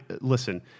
listen –